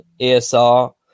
ESR